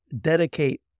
dedicate